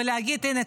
ולהגיד: הינה,